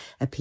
appear